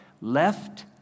left